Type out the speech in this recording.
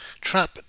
Trap